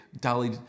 dolly